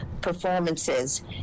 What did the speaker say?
performances